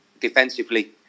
defensively